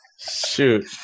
Shoot